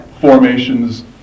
formations